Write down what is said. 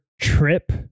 trip